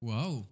Wow